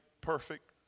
perfect